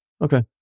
okay